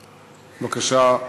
בבקשה,